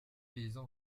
paysan